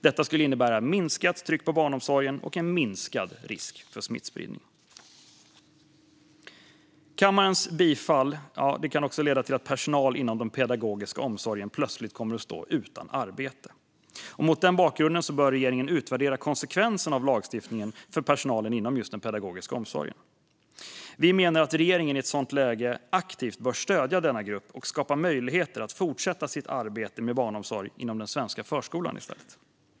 Detta skulle innebära ett minskat tryck på barnomsorgen och en minskad risk för smittspridning. Kammarens bifall kan också leda till att personal inom den pedagogiska omsorgen plötsligt står utan arbete. Mot den bakgrunden bör regeringen utvärdera konsekvenserna av lagstiftningen för personalen inom den pedagogiska omsorgen. Vi menar att regeringen i ett sådant läge aktivt bör stödja denna grupp och skapa möjligheter för den att fortsätta sitt arbete med barnomsorg inom den svenska förskolan.